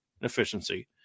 efficiency